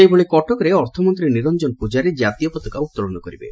ସେହିଭଳି କଟକରେ ଅର୍ଥମନ୍ତୀ ନିରଞ୍ଚନ ପୂଜାରୀ ଜାତୀୟ ପତାକା ଉତ୍ତୋଳନ କରିବେ